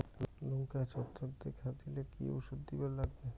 লঙ্কায় ছত্রাক দেখা দিলে কি ওষুধ দিবার লাগবে?